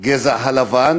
על-ידי הגזע הלבן,